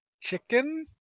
chicken